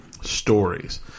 Stories